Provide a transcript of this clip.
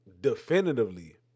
definitively